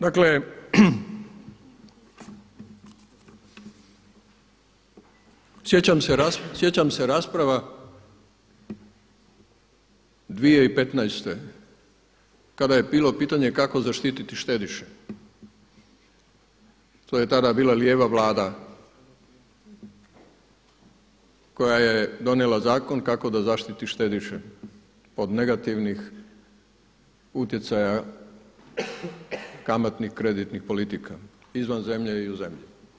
Dakle, sjećam se rasprava 2015. kada je bilo pitanje kako zaštiti štediše, to je tada bila lijeva vlada koja je donijela zakon kako da zaštiti štediše od negativnih utjecaja kamatnih kreditnih politika izvan zemlje i u zemlji.